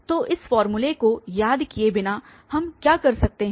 तो इस फॉर्मूले को याद किए बिना हम क्या कर सकते हैं